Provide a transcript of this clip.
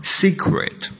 secret